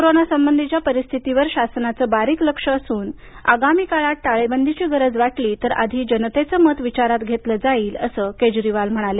corona संबधीच्या परिस्थितीवर शासनाचं बारीक लक्ष असून आगामी काळात टाळेबंदीची गरज वाटली तर आधी जनतेचं मत विचारात घेतलं जाईल असं केजरीवाल म्हणाले